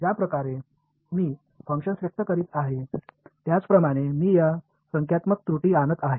ज्याप्रकारे मी फंक्शन व्यक्त करीत आहे त्याप्रमाणे मी एक संख्यात्मक त्रुटी आणत आहे